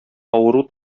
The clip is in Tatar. авыру